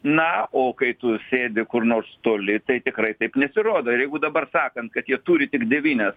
na o kai tu sėdi kur nors toli tai tikrai taip nesirodo ir jeigu dabar sakant kad jie turi tik devynias